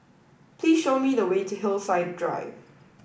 please show me the way to Hillside Drive